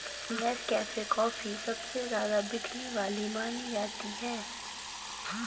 Nescafe coffee सबसे ज्यादा बिकने वाली मानी जाती है